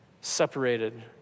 separated